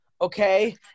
okay